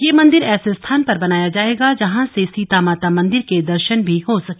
यह मंदिर ऐसे स्थान पर बनाया जायेगा जहां से सीता माता मंदिर के दर्शन भी हो सके